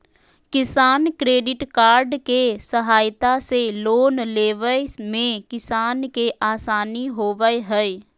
किसान credit card के सहायता से लोन लेवय मे किसान के आसानी होबय हय